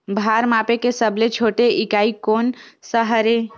भार मापे के सबले छोटे इकाई कोन सा हरे?